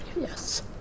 yes